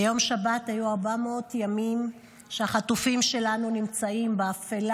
ביום שבת היו 400 ימים שהחטופים שלנו נמצאים באפלה